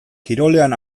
kirolean